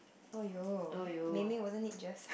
!aiyo! meimeiz3 wasn't it just